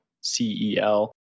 CEL